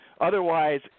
Otherwise